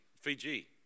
Fiji